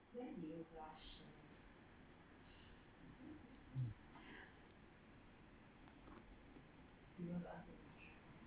mm